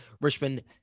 Richmond